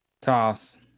Toss